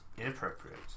inappropriate